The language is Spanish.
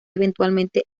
eventualmente